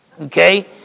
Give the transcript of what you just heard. okay